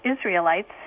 Israelites